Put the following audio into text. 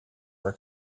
were